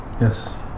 yes